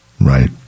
Right